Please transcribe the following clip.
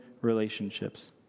relationships